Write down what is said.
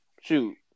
Shoot